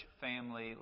family